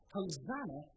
Hosanna